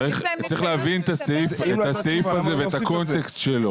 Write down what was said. צריך להבין את הסעיף הזה ואת הקונטקסט שלו.